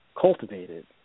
cultivated